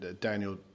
Daniel